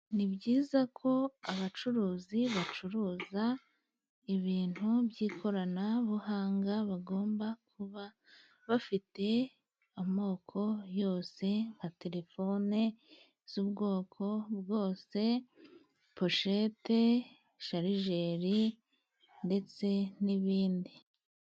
Ni byiza ko abacuruzi bacuruza ibintu by'ikoranabuhanga bagomba kuba bafite amoko yose nka telefone z'ubwoko bwose, poshete, sharijeri, ndetse n'ibindi.